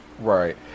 right